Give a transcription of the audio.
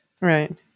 Right